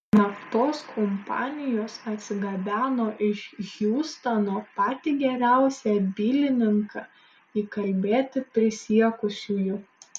naftos kompanijos atsigabeno iš hjustono patį geriausią bylininką įkalbėti prisiekusiųjų